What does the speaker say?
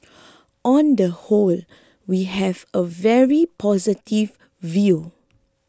on the whole we have a very positive view